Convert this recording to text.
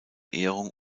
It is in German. ehrung